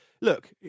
look